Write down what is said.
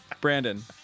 Brandon